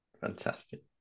Fantastic